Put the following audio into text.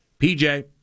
PJ